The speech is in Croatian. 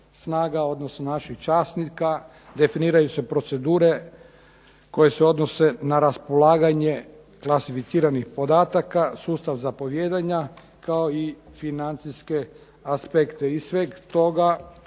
odnosno naših časnika, definiraju se procedure koje se odnose na raspolaganje klasificiranih podataka, sustav zapovijedanja kao i financijske aspekte. Iz svega toga